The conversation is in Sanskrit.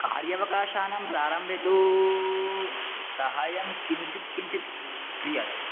कार्यावकाशानां प्रारम्भे तु सहायं किञ्चित् किञ्चित् क्रियते